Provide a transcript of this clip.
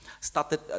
started